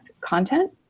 content